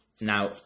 Now